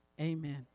Amen